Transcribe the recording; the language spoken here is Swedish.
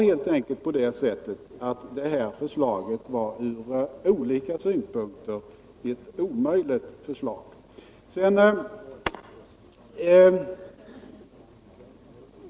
Detta förslag är helt enkelt ur olika synpunkter ett omöjligt förslag.